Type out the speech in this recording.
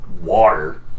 water